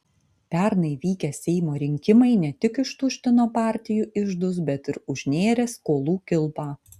pernai vykę seimo rinkimai ne tik ištuštino partijų iždus bet ir užnėrė skolų kilpą